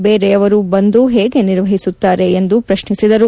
ಬೇರೆಯವರು ಬಂದು ಹೇಗೆ ನಿರ್ವಹಿಸುತ್ತಾರೆ ಎಂದು ಪ್ರಶ್ನಿಸಿದರು